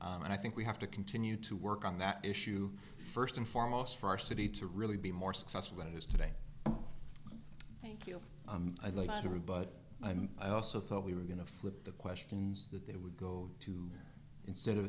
and i think we have to continue to work on that issue first and foremost for our city to really be more successful than it is today thank you i'd like to rebut i also thought we were going to flip the questions that they would go to instead of